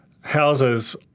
houses